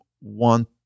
want